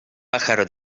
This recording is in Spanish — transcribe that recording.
pájaro